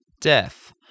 death